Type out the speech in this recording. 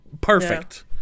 perfect